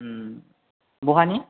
बहानि